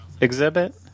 exhibit